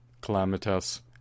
calamitous